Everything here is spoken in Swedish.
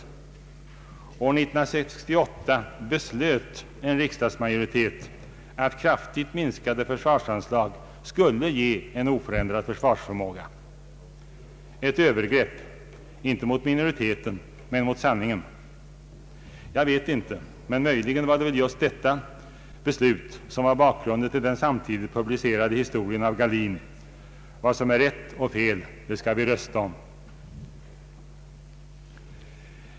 1968 beslöt en riksdagsmajoritet att kraftigt minskade försvarsanslag skulle ge en oförändrad försvarsförmåga — ett övergrepp, inte mot minoriteten men mot sanningen. Jag vet inte, men möjligen var just detta beslut bakgrunden till den samtidigt publicerade historien av Gahlin: Vad som är rätt och fel skall vi rösta om.